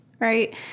right